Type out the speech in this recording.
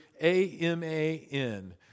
A-M-A-N